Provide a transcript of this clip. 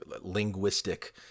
linguistic